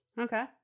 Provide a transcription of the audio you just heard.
Okay